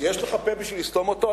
יש לך פה בשביל לסתום אותו,